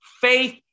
faith